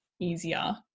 easier